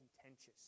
contentious